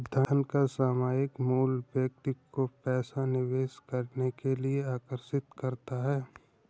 धन का सामायिक मूल्य ही व्यक्ति को पैसा निवेश करने के लिए आर्कषित करता है